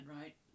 right